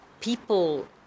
People